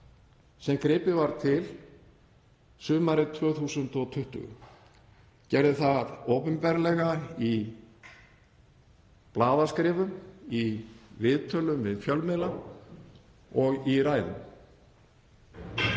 sem gripið var til sumarið 2020, gerði það opinberlega í blaðaskrifum, í viðtölum við fjölmiðla og í ræðum.